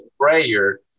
prayer